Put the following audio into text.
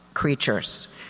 creatures